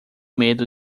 medo